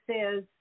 says